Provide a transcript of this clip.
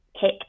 kick